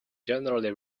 generally